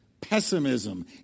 Pessimism